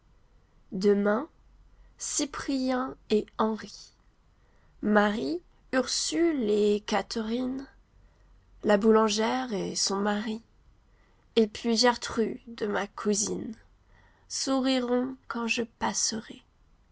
demain cyprien et henri marie ursule et catherine la boulangère et son mari et puis gertrude ma cousine souriront quand je passerai